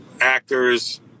actors